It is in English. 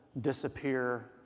disappear